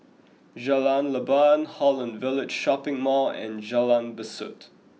Jalan Leban Holland Village Shopping Mall and Jalan Besut